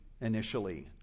initially